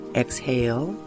exhale